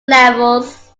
levels